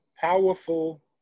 powerful